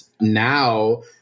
now